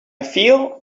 feel